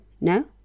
No